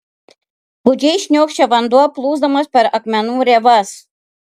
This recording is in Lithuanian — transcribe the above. gūdžiai šniokščia vanduo plūsdamas per akmenų rėvas